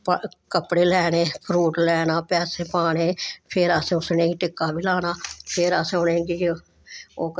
कपड़े लैने फ्रूट पाना पैसे पाने ते फिर असें उनेंगी टिक्का बी लाना ते फिर असें उनेंगी ओह् करना